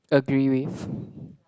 agree with